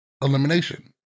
elimination